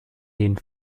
den